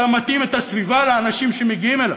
אתה מתאים את הסביבה לאנשים שמגיעים אליה.